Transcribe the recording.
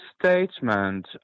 statement